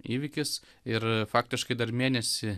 įvykis ir faktiškai dar mėnesį